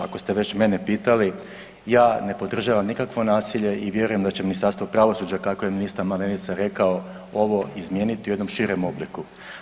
Ako ste već mene pitali, ja ne podržavam nikakvo nasilje i vjerujem da će Ministarstvo pravosuđa kako je ministar Malenica rekao ovo izmijeniti u jednom širem obliku.